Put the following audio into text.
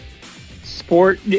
Sport